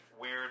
weird